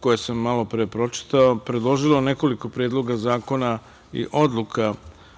koje sam malopre pročitao, predložilo nekoliko predloga zakona i odluka.